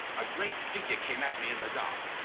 a great figure came at me in the dark.